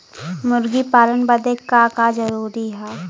मुर्गी पालन बदे का का जरूरी ह?